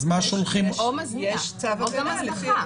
אז מה שולחים --- יש --- או הזנחה.